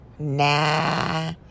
Nah